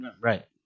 Right